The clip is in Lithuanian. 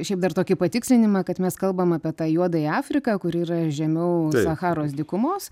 šiaip dar tokį patikslinimą kad mes kalbam apie tą juodąją afriką kur yra žemiau sacharos dykumos